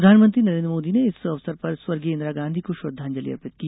प्रधानमंत्री नरेन्द्र मोदी ने इस अवसर पर स्वर्गीय इंदिरा गांधी को श्रद्वांजलि अर्पित की